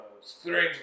strange